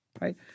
right